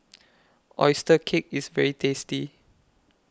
Oyster Cake IS very tasty